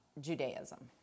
Judaism